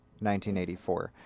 1984